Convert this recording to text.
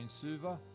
Suva